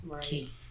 key